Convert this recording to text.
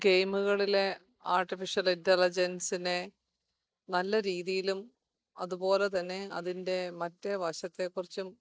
ഗെയിമുകളിലെ artificial ഇൻറ്റലിജൻസിനെ നല്ല രീതിയിലും അതുപോലെത്തന്നെ അതിൻ്റെ മറ്റേ വശത്തെക്കുറിച്ചും